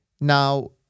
Now